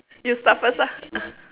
you start first ah